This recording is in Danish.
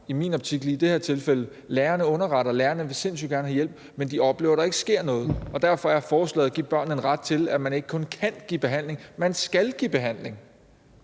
i min optik ikke underretningerne; lærerne underretter, og lærerne vil sindssyg gerne have hjælp, men de oplever, at der ikke sker noget. Derfor er forslaget at give børnene en ret til, at man ikke kun kan give behandling, men at man skal give behandling.